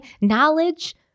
knowledge